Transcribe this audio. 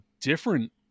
different